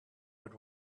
had